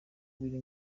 biri